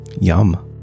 Yum